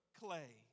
clay